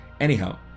Anyhow